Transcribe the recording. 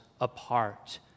apart